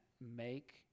make